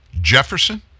Jefferson